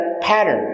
pattern